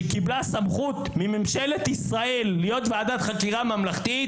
שקיבלה סמכות מממשלת ישראל להיות ועדת חקירה ממלכתית